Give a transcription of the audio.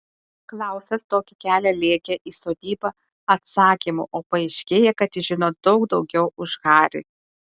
klausas tokį kelią lėkė į sodybą atsakymų o paaiškėja kad jis žino daug daugiau už harį